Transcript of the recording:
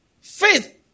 Faith